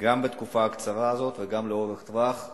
גם בתקופה הקצרה הזאת וגם לטווח ארוך,